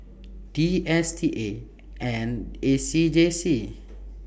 D S T A and A C J C